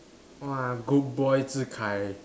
!wah! good boy Zhi Kai